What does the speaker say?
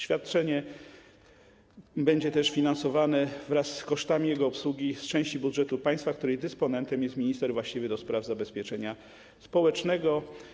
Świadczenie będzie też finansowane, wraz z kosztami jego obsługi, z części budżetu państwa, której dysponentem jest minister właściwy do spraw zabezpieczenia społecznego.